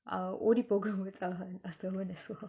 uh ஓடி போகும் போது தார:odi pokayum pothu thaara so and so ah